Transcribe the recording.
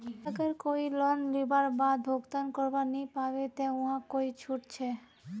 अगर कोई लोन लुबार बाद भुगतान करवा नी पाबे ते वहाक कोई छुट छे?